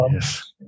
yes